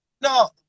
No